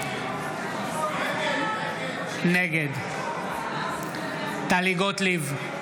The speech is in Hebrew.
נגד טלי גוטליב,